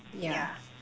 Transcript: yeah